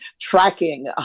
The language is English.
tracking